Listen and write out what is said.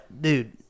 dude